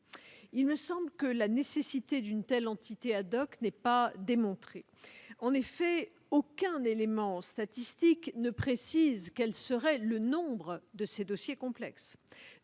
Selon moi, la nécessité d'une telle entité n'est pas démontrée. En effet, aucun élément statistique ne précise quel serait le nombre de ces dossiers complexes.